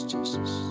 Jesus